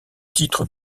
titre